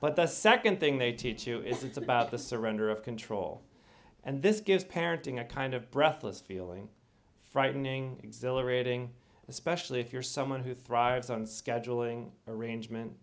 but the second thing they teach you is it's about the surrender of control and this gives parenting a kind of breathless feeling frightening exhilarating especially if you're someone who thrives on scheduling arrangement